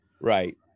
Right